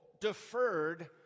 deferred